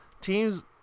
teams